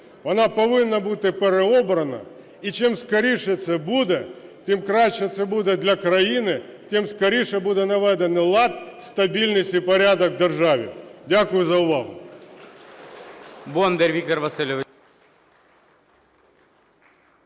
вона повинна бути переобрана, і чим скоріше це буде, тим краще це буде для країни, тим скоріше буде наведений лад, стабільність і порядок у державі. Дякую за увагу.